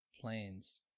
planes